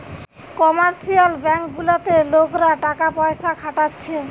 commercial bank গুলাতে লোকরা টাকা পয়সা খাটাচ্ছে